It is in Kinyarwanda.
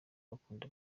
bakunda